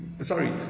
Sorry